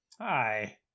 hi